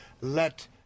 let